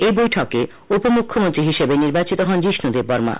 এই বৈঠকে উপমুখ্যমন্ত্রী হিসেবে নির্বাচিত হন যীষ্ণু দেববর্মা